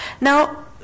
Now